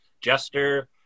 jester